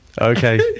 okay